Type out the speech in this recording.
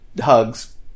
hugs